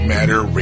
Matter